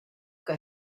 que